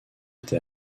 été